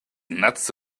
nuts